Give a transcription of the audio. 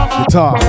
Guitar